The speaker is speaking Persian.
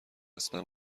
اصلا